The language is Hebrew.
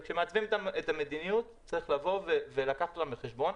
וכשמעצבים את המדיניות צריך לבוא ולקחת אותם בחשבון.